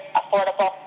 affordable